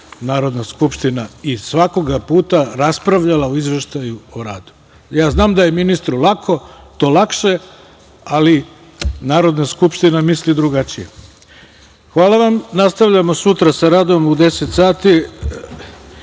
Narodna skupština i svakoga puta raspravljala o Izveštaju o radu. Znam da je ministru to lakše, ali Narodna skupština misli drugačije. Hvala vam. Nastavljamo sutra sa radom u 10,00